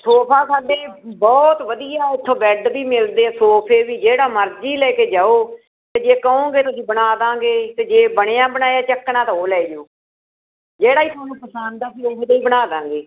sofa ਸਾਡੇ ਬਹੁਤ ਵਧੀਆ ਇੱਥੋਂ ਬੈੱਡ ਵੀ ਮਿਲਦੇ ਆ ਸੋਫੇ ਵੀ ਜਿਹੜਾ ਮਰਜ਼ੀ ਲੈ ਕੇ ਜਾਓ ਅਤੇ ਜੇ ਕਹੋਗੇ ਤਾਂ ਅਸੀਂ ਬਣਾ ਦੇਵਾਂਗੇ ਅਤੇ ਜੇ ਬਣਿਆ ਬਣਾਇਆ ਚੁੱਕਣਾ ਤਾਂ ਉਹ ਲੈ ਜਾਓ ਜਿਹੜਾ ਹੀ ਤੁਹਾਨੂੰ ਪਸੰਦ ਅਸੀਂ ਓਹੋ ਜਿਹਾ ਹੀ ਬਣਾ ਦੇਵਾਂਗੇ